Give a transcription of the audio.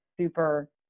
super